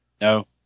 No